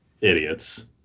idiots